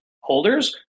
holders